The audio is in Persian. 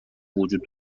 وجود